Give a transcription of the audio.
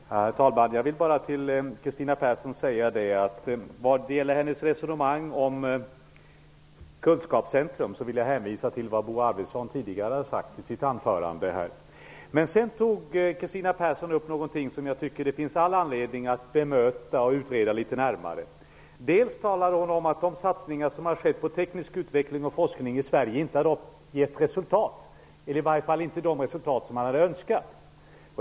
Herr talman! Jag vill till Kristina Persson säga att vad gäller hennes resonemang om regionala kunskapscentra hänvisar jag till det som Bo Arvidson tidigare har sagt i sitt anförande. Men Kristina Persson tog upp något som jag tycker att det finns all anledning att bemöta och utreda litet närmare. Hon talade om att de satsningar som har skett på teknisk utveckling och forskning i Sverige inte gett de resultat som man önskat.